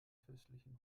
fürstlichen